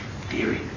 theory